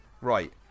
Right